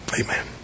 Amen